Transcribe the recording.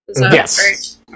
Yes